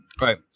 right